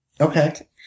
Okay